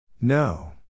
No